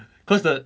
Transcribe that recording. cause the